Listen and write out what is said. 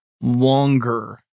longer